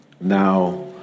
Now